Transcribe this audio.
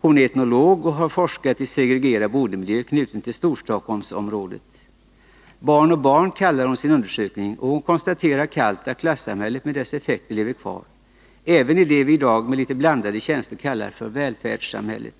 Hon är etnolog och har forskat i segregerad boendemiljö i Storstockholmsområdet. Barn och barn kallar hon sin undersökning, och hon konstaterar kallt att klassamhället med dess effekter lever kvar även i det vi i dag med litet blandade känslor kallar välfärdssamhället.